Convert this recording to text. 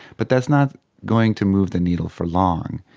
but that's not going to move the needle for long.